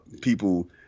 people